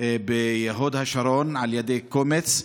בהוד השרון על ידי קומץ,